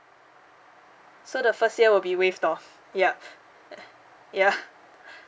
so the first year will be waived off yup yeah